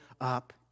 up